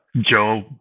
joe